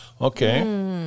Okay